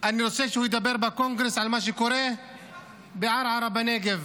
אני רוצה שהוא ידבר בקונגרס על מה שקורה בערערה בנגב,